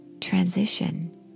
transition